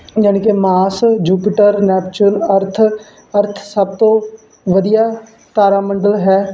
ਯਾਨੀ ਕਿ mars Jupiter natural earth earth ਸਭ ਤੋਂ ਵਧੀਆ ਤਾਰਾ ਮੰਡਲ ਹੈ